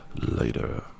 later